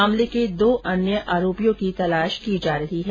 मामले के दो अन्य आरोपियों की तलाश की जा रही है